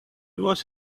was